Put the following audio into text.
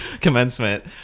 commencement